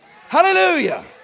Hallelujah